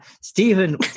Stephen